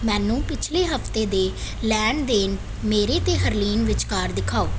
ਮੈਨੂੰ ਪਿਛਲੇ ਹਫ਼ਤੇ ਦੇ ਲੈਣ ਦੇਣ ਮੇਰੇ ਅਤੇ ਹਰਲੀਨ ਵਿਚਕਾਰ ਦਿਖਾਉ